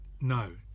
no